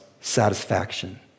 satisfaction